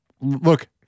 look